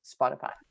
Spotify